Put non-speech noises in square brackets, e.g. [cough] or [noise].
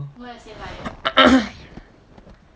[coughs]